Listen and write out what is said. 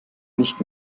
nicht